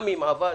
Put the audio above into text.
גם אם עבד,